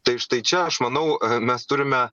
tai štai čia aš manau mes turime